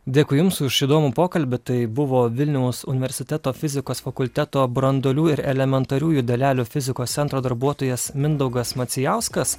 dėkui jums už įdomų pokalbį tai buvo vilniaus universiteto fizikos fakulteto branduolių ir elementariųjų dalelių fizikos centro darbuotojas mindaugas macijauskas